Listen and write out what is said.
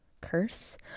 Curse